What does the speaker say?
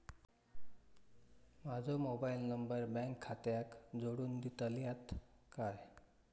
माजो mobile number माझ्या bank खात्याक जोडून दितल्यात काय?